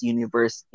Universe